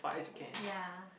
ya